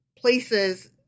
places